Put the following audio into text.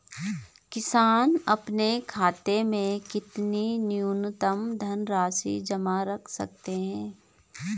किसान अपने खाते में कितनी न्यूनतम धनराशि जमा रख सकते हैं?